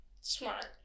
Smart